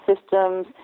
systems